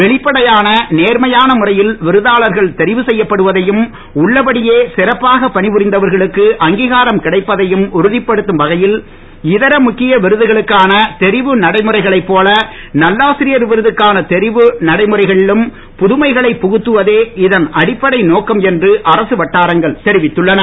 வெளிப்படையான நேர்மையான முறையில் விருதாளர்கள் தெரிவு செய்யப்படுவதையும் பணிபுரிந்தவர்களுக்கு அங்கிகாரம் கிடைப்பதையும் உறுதப்படுத்தும் வகையில் இதர முக்கிய விருதுகளுக்கான தெரிவு நடைமுறைகளை போல நல்லாசிரியர் விருதுக்கான தெரிவு நடைமுறைகளிலும் புதுமைகளை புகுத்துவதே இதன் அடிப்படை நோக்கக் என்று அரசு வட்டாரங்கன் தெரிவித்துள்ளன